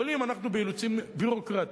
אבל אם אנחנו באילוצים ביורוקרטיים,